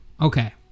Okay